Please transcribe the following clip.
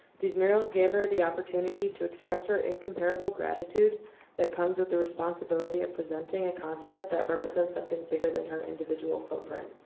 these murals gave her the opportunity to express her incomparable gratitude that comes with the responsibility of presenting a concept that represents something bigger than her individual footprint.